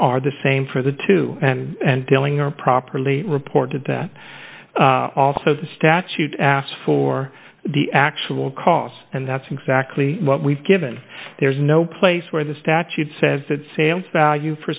are the same for the two and dillinger properly reported that also the statute asks for the actual cost and that's exactly what we've given there's no place where the statute says that sales value for